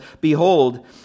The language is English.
Behold